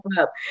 up